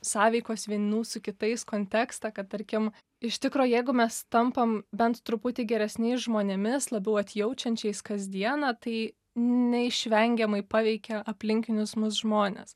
sąveikos vienų su kitais kontekstą kad tarkim iš tikro jeigu mes tampam bent truputį geresniais žmonėmis labiau atjaučiančiais kasdieną tai neišvengiamai paveikia aplinkinius mus žmones